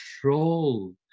control